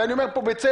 ואני אומר פה בצדק,